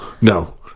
No